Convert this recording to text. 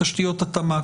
בתשתיות התמ"ק.